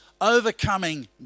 overcoming